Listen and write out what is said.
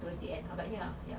towards the end agaknya lah ya